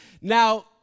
Now